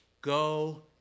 go